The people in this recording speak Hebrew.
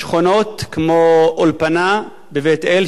שכונות כמו האולפנה בבית-אל,